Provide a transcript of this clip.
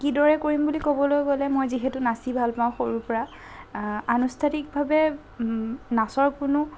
কিদৰে কৰিম বুলি ক'বলৈ গ'লে মই যিহেতু নাচি ভাল পাওঁ সৰুৰ পৰা আনুষ্ঠানিকভাৱে নাচৰ কোনো